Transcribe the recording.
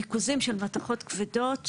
ריכוזים של מתכות כבדות